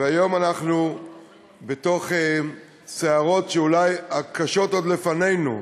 והיום אנחנו בתוך סערות כשאולי הקשות עוד לפנינו,